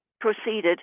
proceeded